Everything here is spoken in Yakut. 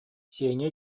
сеня